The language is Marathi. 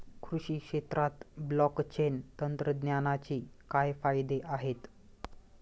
कृषी क्षेत्रात ब्लॉकचेन तंत्रज्ञानाचे काय फायदे आहेत?